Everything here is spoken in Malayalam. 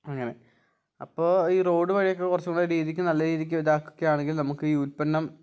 അങ്ങനെയാണ് അപ്പോൾ ഈ റോഡ് വഴിയൊക്കെ കുറച്ചുംകൂടെ രീതിക്ക് നല്ല രീതിക്ക് ഇതാക്കുകയൊക്കെയാണെങ്കിൽ നമുക്ക് ഈ ഉൽപ്പന്നം